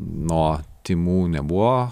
nuo tymų nebuvo